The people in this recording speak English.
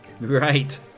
Right